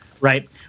Right